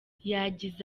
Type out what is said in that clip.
yagize